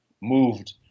moved